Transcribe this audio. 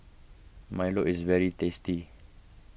Milo is very tasty